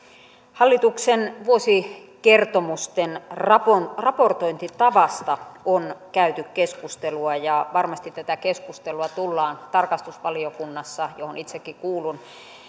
hallituksen vuosikertomusten raportointitavasta on käyty keskustelua ja varmasti tätä keskustelua tullaan tarkastusvaliokunnassa johon itsekin kuulun